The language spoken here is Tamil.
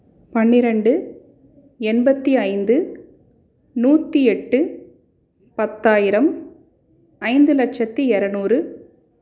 பன்னிரெண்டு எண்பத்தி ஐந்து நூற்றி எட்டு பத்தாயிரம் ஐந்து லட்சத்தி இரநூறு